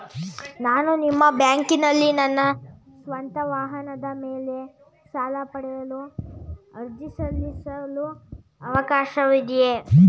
ನಾನು ನಿಮ್ಮ ಬ್ಯಾಂಕಿನಲ್ಲಿ ನನ್ನ ಸ್ವಂತ ವಾಹನದ ಮೇಲೆ ಸಾಲ ಪಡೆಯಲು ಅರ್ಜಿ ಸಲ್ಲಿಸಲು ಅವಕಾಶವಿದೆಯೇ?